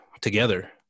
Together